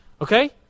Okay